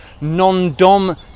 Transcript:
non-DOM